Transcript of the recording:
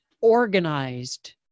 organized